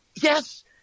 Yes